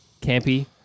Campy